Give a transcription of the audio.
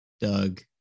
Doug